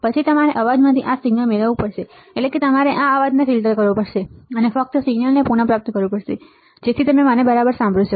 પછી તમારે અવાજમાંથી આ સિગ્નલ મેળવવું પડશે એટલે કે તમારે આ અવાજને ફિલ્ટર કરવો પડશે અને ફક્ત સિગ્નલને પુનઃપ્રાપ્ત કરવું પડશે જેથી તમે તેને બરાબર સાંભળી શકો